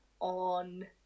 on